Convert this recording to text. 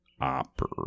opera